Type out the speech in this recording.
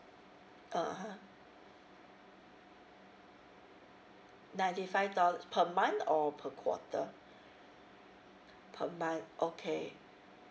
(uh huh) ninety five dol~ per month or per quarter per month okay